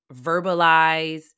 verbalize